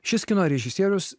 šis kino režisierius